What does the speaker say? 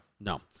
No